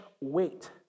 weight